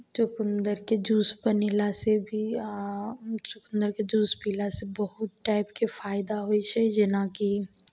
चुकन्दरके juice बनेलासँ भी आ चुकन्दरके जूस पीलासँ बहुत टाइपके फायदा होइ छै जेना कि